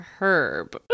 Herb